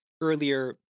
earlier